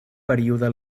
període